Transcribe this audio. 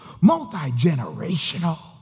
multi-generational